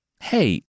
Hey